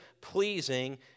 pleasing